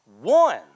one